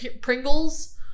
Pringles